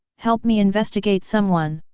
help me investigate someone!